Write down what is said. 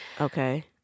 Okay